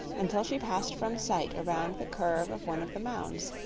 until she passed from sight around the curve of one of the mounds.